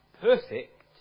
perfect